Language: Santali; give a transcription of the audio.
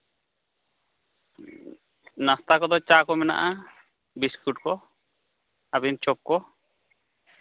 ᱱᱟᱥᱛᱟ ᱠᱚᱫᱚ ᱪᱟ ᱠᱚ ᱢᱮᱱᱟᱜᱼᱟ ᱵᱤᱥᱠᱩᱴ ᱠᱚ ᱛᱟᱵᱮᱱ ᱪᱚᱯ ᱠᱚ